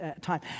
time